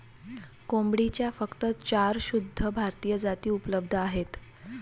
कोंबडीच्या फक्त चार शुद्ध भारतीय जाती उपलब्ध आहेत